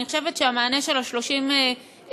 אני חושבת שהמענה של 30 הבוחנים,